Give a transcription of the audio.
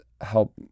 help